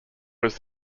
was